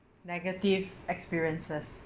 negative experiences